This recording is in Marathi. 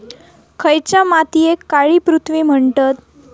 खयच्या मातीयेक काळी पृथ्वी म्हणतत?